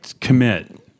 commit